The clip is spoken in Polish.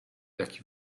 jaki